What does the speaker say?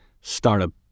startup